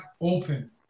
open